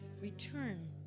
Return